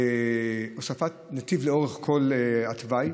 הוספת נתיב לאורך כל התוואי,